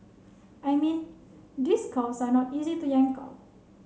I mean these cows are not easy to yank out